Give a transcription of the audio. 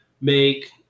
make